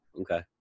Okay